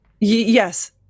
Yes